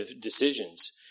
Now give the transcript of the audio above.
decisions